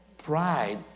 Pride